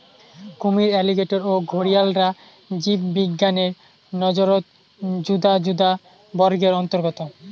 কুমীর, অ্যালিগেটর ও ঘরিয়ালরা জীববিজ্ঞানের নজরত যুদা যুদা বর্গের অন্তর্গত